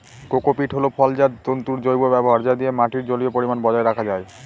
cocopeat হল ফলজাত তন্তুর জৈব ব্যবহার যা দিয়ে মাটির জলীয় পরিমান বজায় রাখা যায়